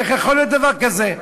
איך יכול להיות דבר כזה?